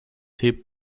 hebt